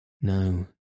No